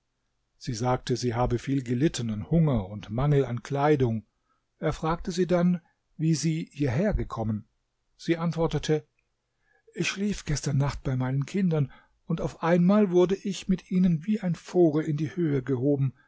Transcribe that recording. sie sagte sie habe viel gelitten an hunger und mangel an kleidung er fragte sie dann wie sie hierher gekommen sie antwortete ich schlief gestern nacht bei meinen kindern auf einmal wurde ich mit ihnen wie ein vogel in die höhe gehoben